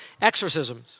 exorcisms